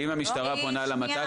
אם המשטרה פונה למת"ק,